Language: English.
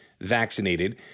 vaccinated